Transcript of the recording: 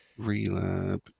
Relab